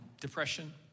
depression